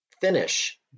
Finish